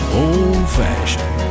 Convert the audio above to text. old-fashioned